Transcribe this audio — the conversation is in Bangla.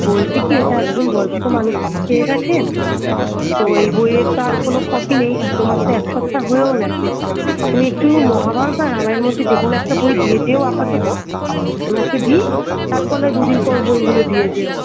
বলছি কি এটা একজন বয়স্ক মানুষ তো চেয়ে গেছেন তো এই বইয়ের তো আর কোনো কপি নেই আর তোমার তো এক সপ্তাহ হয়েও গেছে তুমি একটু মহাভারত আর রামায়ণের মধ্যে যে কোনো একটা বই দিয়ে যেও আপাতত ওঁকে দিই তারপর নাহয় দু দিন পর বইগুলো দিয়ে যেও